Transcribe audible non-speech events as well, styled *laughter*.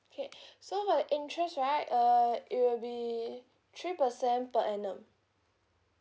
okay *breath* so for the interest right uh it will be three percent per annum